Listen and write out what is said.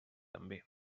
també